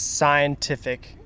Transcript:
scientific